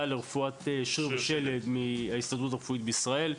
לרפואת שריר ושלד מההסתדרות הרפואית בישראל,